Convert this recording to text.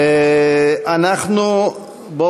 זו התשובה, אם היא נמצאת.